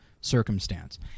circumstance